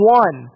one